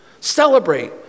celebrate